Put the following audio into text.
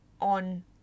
on